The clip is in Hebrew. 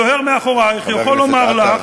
וזוהיר מאחורייך ויכול לומר לך,